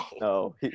No